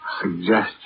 suggestion